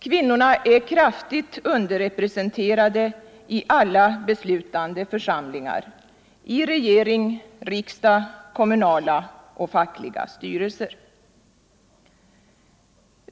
Kvinnorna är kraftigt underrepresenterade i alla beslutande församlingar: i regering och riksdag, i kommunala och fackliga styrelser.